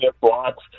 blocks